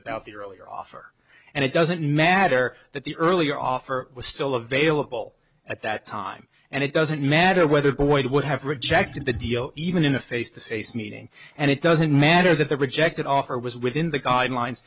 about the earlier offer and it doesn't matter that the earlier offer was still available at that time and it doesn't matter whether boyd would have rejected the deal even in a face to face meeting and it doesn't matter that the rejected offer was within the guidelines